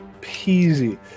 peasy